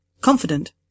confident